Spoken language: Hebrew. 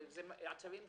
אלה אתרים קבועים.